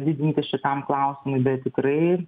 didinti šitam klausimui bet tikrai